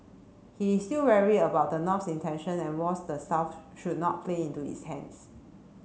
he is still wary about the north's intention and warns the south should not play into its hands